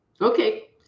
Okay